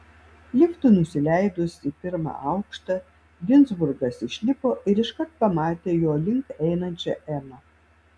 liftui nusileidus į pirmą aukštą ginzburgas išlipo ir iškart pamatė jo link einančią emą